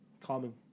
calming